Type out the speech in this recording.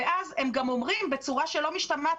ואז הם גם אומרים בצורה שאינה משתמעת